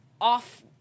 off